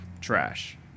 trash